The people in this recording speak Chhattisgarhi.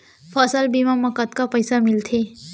फसल बीमा म कतका पइसा मिलथे?